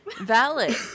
Valid